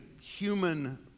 human